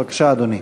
בבקשה, אדוני.